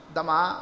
Dama